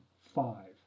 five